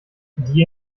die